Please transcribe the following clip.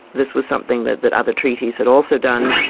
this was something that that other treaties had also done.